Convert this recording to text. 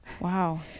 wow